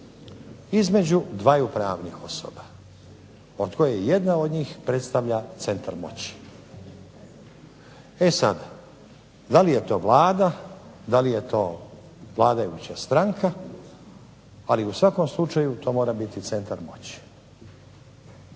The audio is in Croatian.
između dvaju pravnih osoba od koje jedna od njih predstavlja centar moći. E sad, da li je to Vlada, da li je to vladajuća stranka, ali u svakom slučaju to mora biti centar moći.